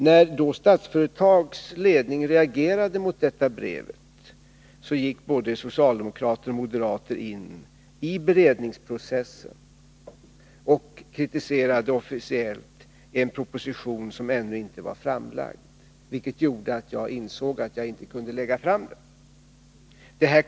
När Statsföretags ledning reagerade mot detta brev, gick både socialdemokrater och moderater in i beredningsprocessen och kritiserade officiellt en proposition som ännu inte var framlagd, vilket gjorde att jag insåg att jag inte kunde lägga fram den.